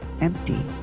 empty